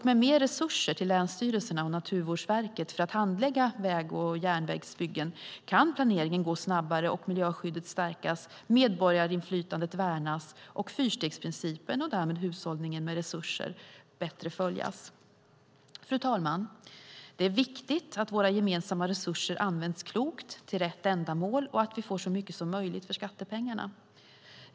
Med mer resurser till länsstyrelserna och Naturvårdsverket för att handlägga väg och järnvägsbyggen kan planeringen gå snabbare och miljöskyddet stärkas, medborgarinflytandet värnas och fyrstegsprincipen och därmed hushållningen med resurser bättre följas. Fru talman! Det är viktigt att våra gemensamma resurser används klokt, till rätt ändamål och så att vi får så mycket som möjligt för skattepengarna.